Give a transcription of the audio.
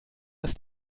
ist